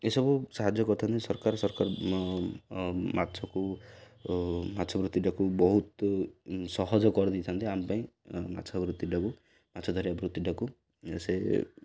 ଏସବୁ ସାହାଯ୍ୟ କରିଥାନ୍ତି ସରକାର ସରକାର ମାଛକୁ ମାଛ ବୃତ୍ତିଟାକୁ ବହୁତ ସହଜ କରିଦେଇଥାନ୍ତି ଆମ ପାଇଁ ମାଛ ବୃତ୍ତିଟାକୁ ମାଛ ଧରିବା ବୃତ୍ତିଟାକୁ ସେ